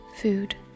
food